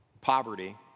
poverty